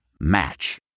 Match